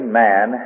man